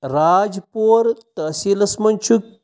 راجپورٕ تٔحصیٖلَس منٛز چھُ